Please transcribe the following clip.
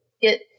get